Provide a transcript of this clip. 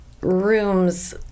rooms